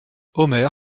omer